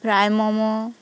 fry momo